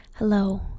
hello